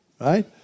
right